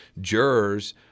jurors